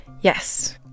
Yes